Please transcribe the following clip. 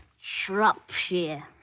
Shropshire